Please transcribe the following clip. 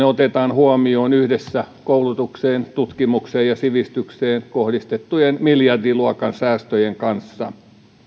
otetaan huomioon yhdessä koulutukseen tutkimukseen ja sivistykseen kohdistettujen miljardiluokan säästöjen kanssa